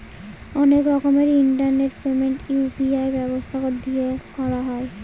অনেক রকমের internet payment UPI ব্যবস্থা দিয়ে করা হয়